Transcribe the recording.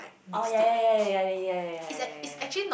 oh yea yea yea yea yea then yea yea yea yea yea yea yea